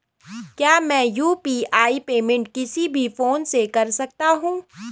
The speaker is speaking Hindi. क्या मैं यु.पी.आई पेमेंट किसी भी फोन से कर सकता हूँ?